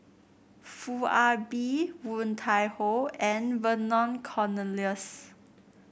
Foo Ah Bee Woon Tai Ho and Vernon Cornelius